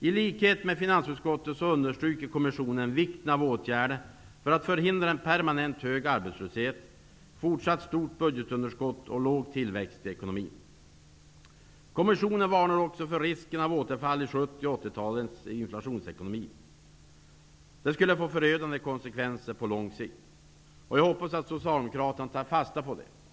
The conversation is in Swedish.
I likhet med finansutskottet understryker kommissionen vikten av åtgärder för att förhindra en permanent hög arbetslöshet, fortsatt stort budgetunderskott och låg tillväxt i ekonomin. Kommissionen varnar också för risken för återfall till 70 och 80-talens inflationsekonomi. Den skulle få förödande konsekvenser på lång sikt. Jag hoppas att Socialdemokraterna tar fasta på detta.